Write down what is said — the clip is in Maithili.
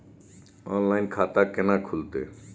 ऑनलाइन खाता केना खुलते?